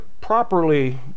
properly